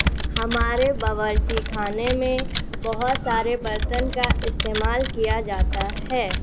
ہمارے باورچی خانے میں بہت سارے برتن کا استعمال کیا جاتا ہے